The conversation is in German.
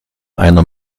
einer